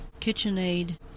KitchenAid